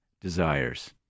Desires